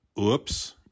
Oops